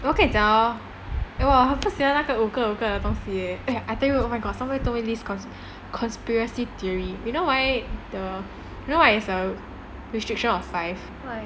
我跟你讲 hor 我不喜欢这个五个人五个人的东西 leh eh I tell you this oh my god someone told me this conspiracy theory you know why the why is the restriction of five